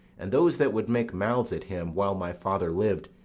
and those that would make mouths at him while my father lived,